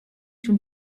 schon